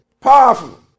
powerful